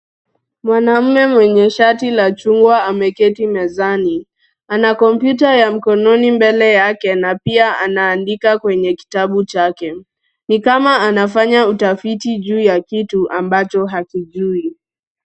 Mwanaume mwenye shati la chungwa ameketi mezani, ana kompyuta ya mkononi mbele yake na pia anaandika kwenye kitabu chake. Ni kama anafanya utafiti juu ya kitu ambacho hakijui.